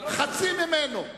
חצי ממנו.